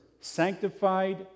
sanctified